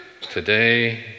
Today